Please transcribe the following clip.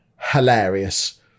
hilarious